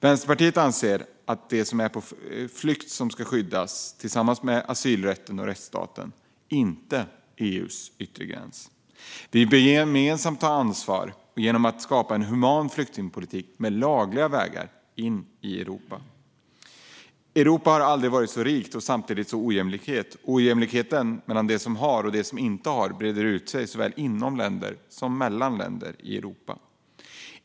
Vänsterpartiet anser att det är de som är på flykt som ska skyddas, tillsammans med asylrätten och rättsstaten - inte EU:s yttre gräns. Vi bör gemensamt ta ansvar genom att skapa en human flyktingpolitik med lagliga vägar in i Europa. Europa har aldrig varit så rikt och samtidigt så ojämlikt. Ojämlikheten mellan dem som har och dem som inte har breder ut sig såväl inom länder som mellan länder i Europa.